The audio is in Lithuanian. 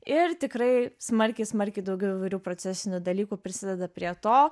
ir tikrai smarkiai smarkiai daugiau įvairių procesinių dalykų prisideda prie to